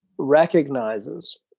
recognizes